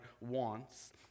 wants—